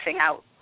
out